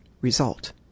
result